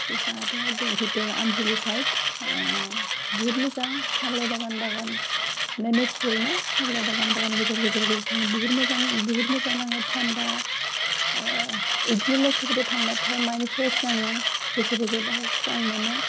जाहाथिं एकदम बिथर आमजुलि साइट बहुद मोजां साहा बिलाइ बागान बागान ना नेचरेल ना साह बिलाइ बागान बागान गेजेर गेजेर गेजेर थाङो बुहुत मोजां बहुत मोजां नाङो थान्दा इदिनो लोगोफोरजों थांबाथाय माइन्ट फ्रेस नाङो गोजौ गोजौ बाहाय स्रां मोनो